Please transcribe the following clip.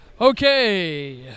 Okay